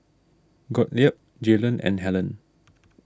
Gottlieb Jaylon and Hellen